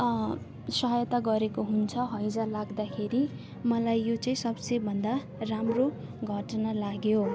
सहायता गरेको हुन्छ हैजा लाग्दाखेरि मलाई यो चाहिँ सब से भन्दा राम्रो घटना लाग्यो